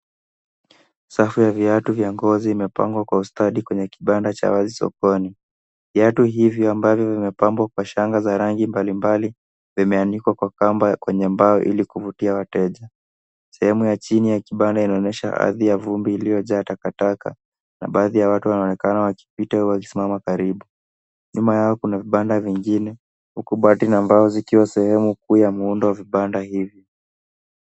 Safu ya viatu vya ngozi imepangwa kwa ustadi kwenye kibanda cha wazi sokoni. Viatu hivyo ambavyo vimepambwa kwa shanga za rangi mbali mbali, vimeanikwa kwa kamba kwenye mbao ilikuvutia wateja. Sehemu ya chini ya kibanda inaonyesha ardhi ya vumbi iliyojaa takataka na baadhi ya watu wanaonekana wakipita au wakisimama karibu. Nyuma yao kuna vibanda vingine, huku bati na mbao zikiwa sehemu kuu ya muundo wa vibanda hivi.